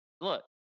Look